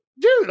dude